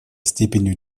степенью